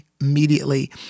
immediately